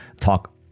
talk